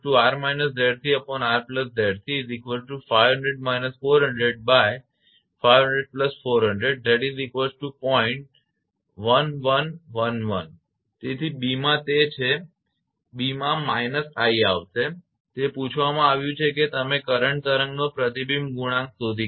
તેથી b માં તે છે કે તે b માં minus i આવશે તે પૂછવામાં આવ્યું છે કે તમે કરંટ તરંગનો પ્રતિબિંબ ગુણાંક શોધી કાઢો